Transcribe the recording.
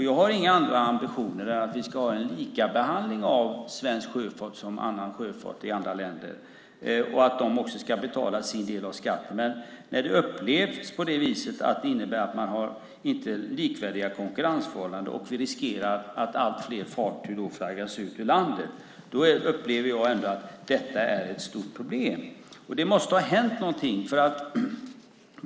Jag har inga andra ambitioner än att vi ska ha en likabehandling av svensk sjöfart som annan sjöfart i andra länder och att de ska betala sin del av skatten. Men när det inte är likvärdiga konkurrensförhållanden, och vi riskerar att allt fler fartyg flaggas ut ur landet, upplever jag att detta är ett stort problem. Det måste ha hänt någonting.